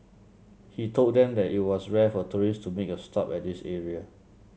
he told them that it was rare for tourists to make a stop at this area